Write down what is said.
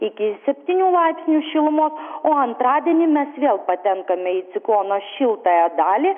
iki septynių laipsnių šilumos o antradienį mes vėl patenkame į ciklono šiltąją dalį